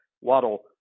Waddle